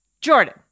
Jordan